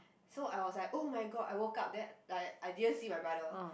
so I was like oh-my-god I woke up then like I didn't see my brother